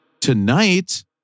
tonight